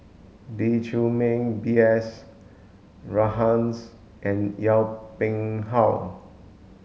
Lee Chiaw Meng B S Rajhans and Yong Pung How